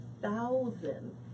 thousand